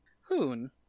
Hoon